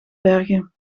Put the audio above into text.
bergen